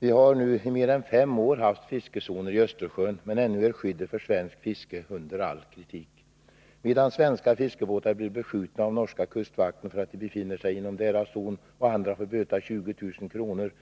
Vi har nu i mer än fem år haft fiskezoner i Östersjön, men ännu är skyddet för svenskt fiske under all kritik. Medan svenska fiskebåtar blir beskjutna av norska kustvakten för att de befinner sig inom den norska zonen och andra får böta 20 000 kr.